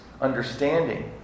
understanding